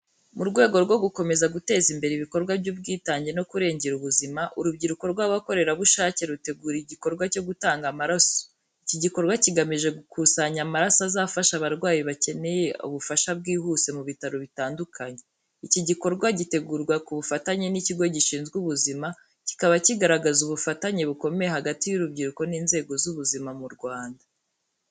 Mu rwego rwo gukomeza guteza imbere ibikorwa by’ubwitange no kurengera ubuzima, urubyiruko rw’abakorerabushake rutegura igikorwa cyo gutanga amaraso, iki gikorwa kigamije gukusanya amaraso azafasha abarwayi bakeneye ubufasha bwihuse mu bitaro bitandukanye. Iki gikorwa gitegurwa ku bufatanye n'ikigo gishinzwe ubuzima, kikaba kigaragaza ubufatanye bukomeye hagati y’urubyiruko n’inzego z’ubuzima mu Rwanda.